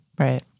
Right